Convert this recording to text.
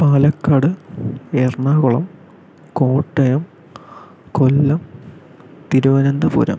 Palakkad Ernakulam Kottayam Kollam Thiruvananthapuram